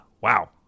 Wow